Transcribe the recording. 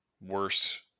worst